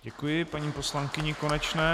Děkuji paní poslankyni Konečné.